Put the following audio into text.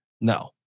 No